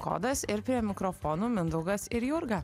kodas ir prie mikrofonų mindaugas ir jurga